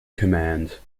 command